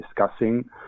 discussing